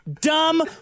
dumb